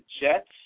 Jets